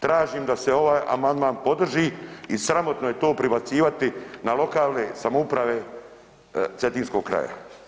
Tražim da se ovaj amandman podrži i sramotno je to prebacivati na lokalne samouprave Cetinskog kraja.